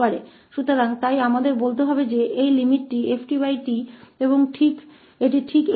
इसलिए इसलिए हमें यह कहना होगा कि यह सीमा ft मौजूद है और यह इस फ़ंक्शन 𝑔𝑡 को पीसवाइज निरंतर बनाने के लिए है